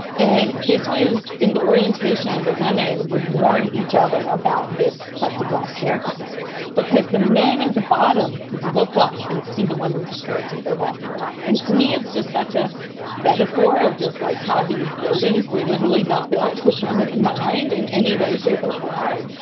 and this was in the orientation. the women would warn each other about this plexiglas staircase because the men at the bottom could look up and see the women's skirts as they're walking up. and to me, it's just such a metaphor of just like how these buildings were literally not built with women in mind in any way, shape or form.